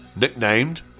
nicknamed